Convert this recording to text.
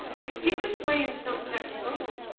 i see this way in some textbooks.